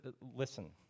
listen